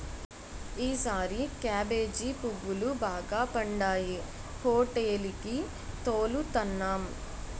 ఈసారి కేబేజీ పువ్వులు బాగా పండాయి హోటేలికి తోలుతన్నాం